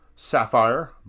Sapphire